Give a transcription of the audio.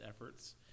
efforts